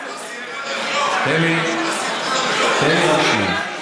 תן לי רק שנייה.